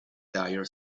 dire